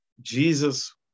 Jesus